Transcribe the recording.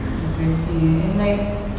exactly and like